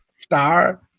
star